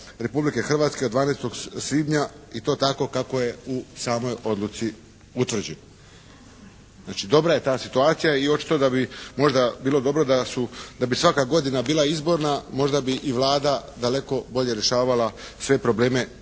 Republike Hrvatske od 12. svibnja i to tako kako je u samoj odluci utvrđeno. Znači dobra je ta situacija i očito da bi možda bilo dobro da su, da bi svaka godina bila izborna možda bi i Vlada daleko bolje rješavala sve probleme